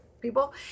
people